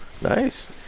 nice